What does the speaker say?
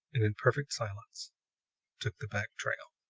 and in perfect silence took the back trail.